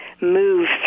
move